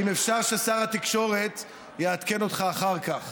אם אפשר ששר התקשורת יעדכן אותך אחר כך